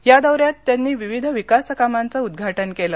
या दौ यात त्यांनी विविध विकास कामांचं उद्घाटन केलं